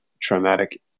traumatic